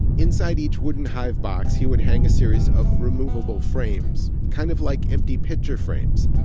inside each wooden hive box, he would hang a series of removable frames, kind of like empty picture frames.